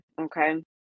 okay